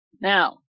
Now